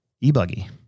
e-buggy